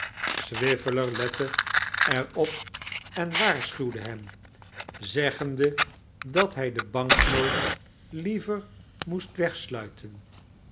swiveller lette er op en waarschuwde hem zeggende dat hij de banknoot liever moest wegsluiten